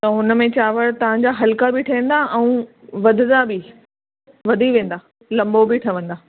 त हुन में चांवर तव्हांजा हलिका बि ठहिंदा ऐं वधदा बि वधी वेंदा लंबो बि ठहिंदा